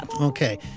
Okay